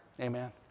Amen